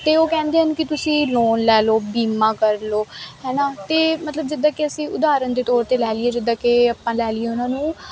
ਅਤੇ ਉਹ ਕਹਿੰਦੇ ਹਨ ਕਿ ਤੁਸੀਂ ਲੋਨ ਲੈ ਲਓ ਬੀਮਾਂ ਕਰ ਲਓ ਹੈ ਨਾ ਅਤੇ ਮਤਲਬ ਜਿੱਦਾਂ ਕਿ ਅਸੀਂ ਉਦਾਹਰਨ ਦੇ ਤੌਰ 'ਤੇ ਲੈ ਲਈਏ ਜਿੱਦਾਂ ਕਿ ਆਪਾਂ ਲੈ ਲਈਏ ਉਹਨਾਂ ਨੂੰ